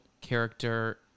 character